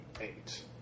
eight